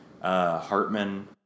Hartman